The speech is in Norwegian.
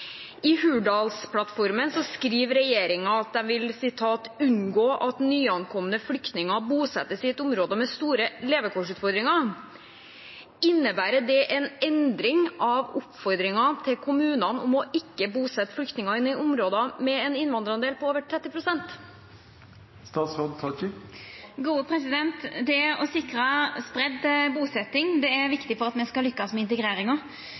I Hurdalsplattformen skriver regjeringen at de vil "unngå at nyankomne flyktninger bosettes i områder med store levekårsutfordringer". Innebærer dette en endring av oppfordringen til kommunene om å ikke bosette flyktninger i områder med en innvandrerandel på over 30 pst. Det å sikra spreidd busetjing er viktig for at me skal lykkast med integreringa.